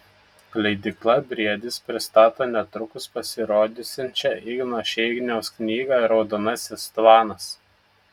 leidykla briedis pristato netrukus pasirodysiančią igno šeiniaus knygą raudonasis tvanas